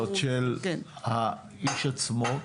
-- ההטבות הסוציאליות של האיש עצמו.